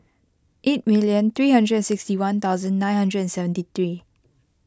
eight million three hundred and sixty one thousand nine hundred and seventy three